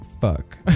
fuck